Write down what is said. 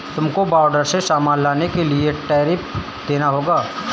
तुमको बॉर्डर से सामान लाने के लिए टैरिफ देना होगा